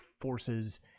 forces